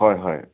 হয় হয়